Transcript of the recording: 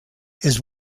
his